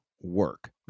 work